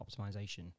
optimization